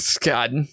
God